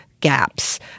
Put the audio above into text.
gaps